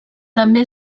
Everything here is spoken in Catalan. també